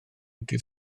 ddydd